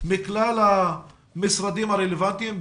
בין כלל המשרדים הרלוונטיים,